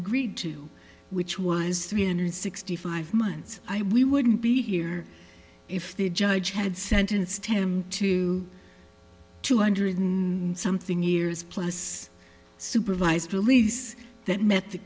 agreed to which was three hundred sixty five months i we wouldn't be here if the judge had sentenced him to two hundred and something years plus supervised release that met the